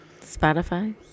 Spotify